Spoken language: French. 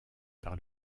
par